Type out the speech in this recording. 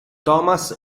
thomas